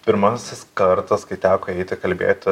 pirmasis kartas kai teko kalbėti